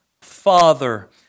Father